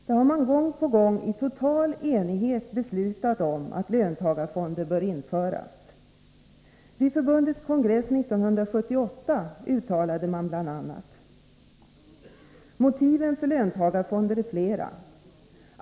Där har man gång på gång i total enighet fattat beslut om att löntagarfonder bör införas. Vid förbundets kongress 1978 uttalade man bl.a.: ”Motiven för löntagarfonder är flera.